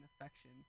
affection